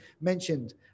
mentioned